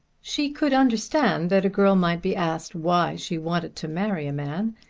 she could understand that a girl might be asked why she wanted to marry a man,